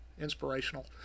inspirational